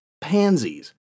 pansies